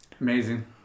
amazing